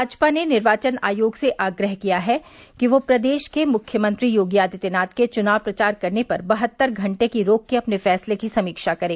भाजपा ने निर्वाचन आयोग से आग्रह किया है कि वह प्रदेश के मुख्यमंत्री योगी आदित्यनाथ के चुनाव प्रचार करने पर बहत्तर घंटे की रोक के अपने फैसले की समीक्षा करे